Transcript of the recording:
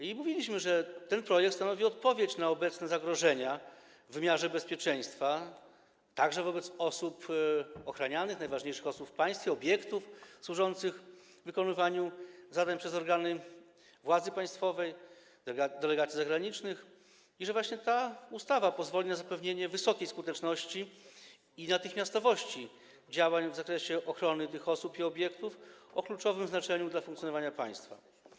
I mówiliśmy, że ten projekt stanowi odpowiedź na obecne zagrożenia w wymiarze bezpieczeństwa, także dotyczące osób ochranianych, najważniejszych osób w państwie, obiektów służących wykonywaniu zadań przez organy władzy państwowej, delegacji zagranicznych, i że właśnie ta ustawa pozwoli na zapewnienie wysokiej skuteczności i natychmiastowości działań w zakresie ochrony tych osób i obiektów o kluczowym znaczeniu dla funkcjonowania państwa.